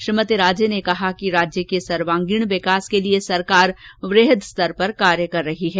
श्रीमती राजे ने कहा कि राज्य के सर्वागीण विकास के लिये सरकार वृहद स्तर पर कार्य कर रही है